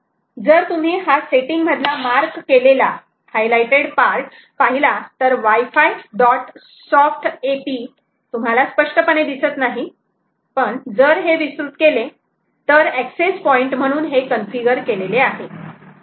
जर तुम्ही हा सेटिंग मधला मार्क केलेला हायलाईटेड पार्ट पाहिला तर वायफाय डॉट सॉफ्ट AP तुम्हाला स्पष्टपणे दिसत नाही आणि जर हे विस्तृत केले तर एक्सेस पॉइंट म्हणून कन्फिगर केलेले आहे